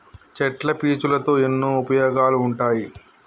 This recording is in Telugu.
చెట్ల పీచులతో ఎన్నో ఉపయోగాలు ఉంటాయి